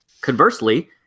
Conversely